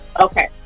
okay